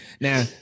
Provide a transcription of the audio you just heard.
Now